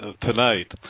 tonight